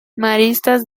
maristas